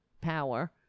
power